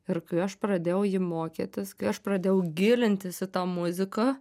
ir kai aš pradėjau jį mokytis kai aš pradėjau gilintis į tą muziką